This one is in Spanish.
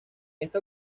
esta